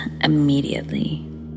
immediately